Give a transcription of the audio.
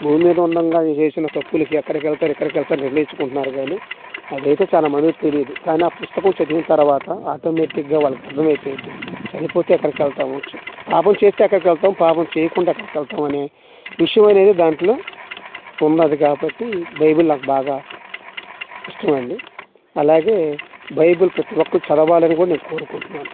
భూమిమీద ఉండంగా అది చేసిన తప్పులకి అక్కడికెళ్తారు ఇక్కడికెళ్తారని నిర్ణయించుకుంటున్నారు గానీ అదైతే చాలా మందికి తెలియదు కానీ ఆ పుస్తకం చదివిన తరవాత అటోమేటిక్గా వాళ్ళకి అర్ధమైపోయిద్ది చనిపోతేఎక్కడికెళ్తాము పాపం చేస్తే ఎక్కడికెళ్తాము పాపం చెయ్యకుండా ఎక్కడికెళ్తాము అనే విషయం అనేది దాంట్లో ఉన్నది కాబట్టి బైబుల్ నాకు బాగా ఇష్టమైనది అలాగే బైబుల్ ప్రతి ఒక్కళ్ళు చదవాలని కూడా నేను కోరుకుంటున్నాను